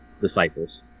disciples